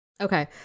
Okay